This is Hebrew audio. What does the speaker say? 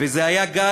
וזה היה גל,